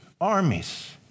armies